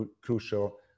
crucial